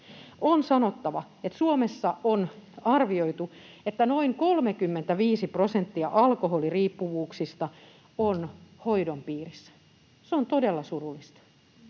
On sanottava, että Suomessa on arvioitu, että noin 35 prosenttia alkoholiriippuvuuksista on hoidon piirissä. Se on todella surullista.